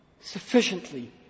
sufficiently